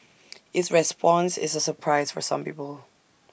its response is A surprise for some people